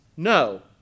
No